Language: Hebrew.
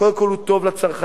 קודם כול הוא טוב לצרכנים.